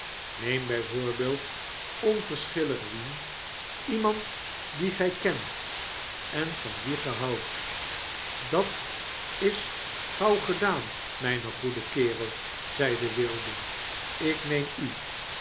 neem bg voorbeeld onverschillig wien iemand dien gfl kent en van wien ge houdt dat s gauw gedaan mijne goede kerel zeide wilding n ik neem u